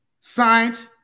Science